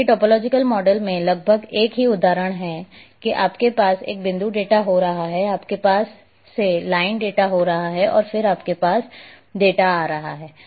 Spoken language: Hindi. जबकि टोपोलॉजिकल मॉडल में लगभग एक ही उदाहरण है कि आपके पास एक बिंदु डेटा हो रहा है आपके पास फिर से लाइन डेटा हो रहा है और फिर आपके पास डेटा आ रहा है